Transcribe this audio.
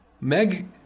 Meg